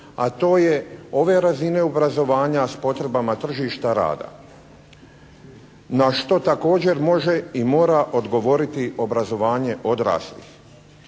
a to je ove razine obrazovanja s potrebama tržišta rada na što također može i mora odgovoriti obrazovanje odraslih.